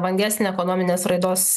vangesnę ekonominės raidos